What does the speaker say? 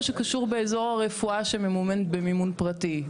שקשור באזור הרפואה שממומנת במימון פרטי.